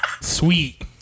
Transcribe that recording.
Sweet